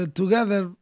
together